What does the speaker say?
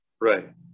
Right